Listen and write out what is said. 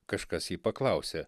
kažkas jį paklausė